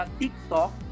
tiktok